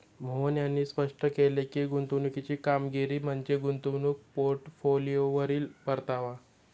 मोहन यांनी स्पष्ट केले की, गुंतवणुकीची कामगिरी म्हणजे गुंतवणूक पोर्टफोलिओवरील परतावा